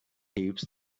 heaps